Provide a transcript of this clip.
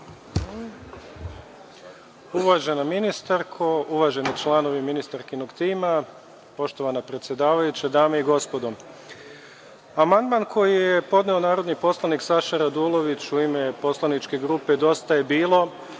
Uvažena ministarko, uvaženi članovi ministarkinog tima, poštovana predsedavajuća, dame i gospodo, amandman koji je podneo narodni poslanik Saša Radulović u ime Poslaničke grupe „Dosta je bilo“